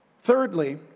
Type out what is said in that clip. Thirdly